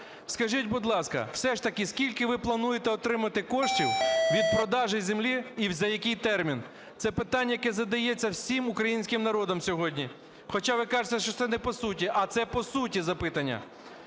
Скажіть, будь ласка, все ж таки, скільки ви плануєте отримати коштів від продажу землі і за який термін? Це питання, яке задається всім українським народом сьогодні, хоча ви кажете, що це не по суті. А це по суті запитання.